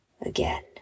Again